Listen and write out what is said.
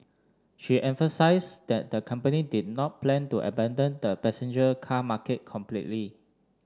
she emphasised that the company did not plan to abandon the passenger car market completely